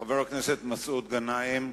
חבר הכנסת מסעוד גנאים.